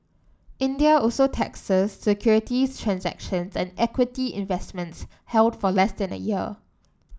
India also taxes securities transactions and equity investments held for less than a year